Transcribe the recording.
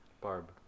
Barb